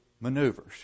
maneuvers